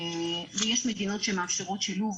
ויש מדינות שמאפשרות שילוב,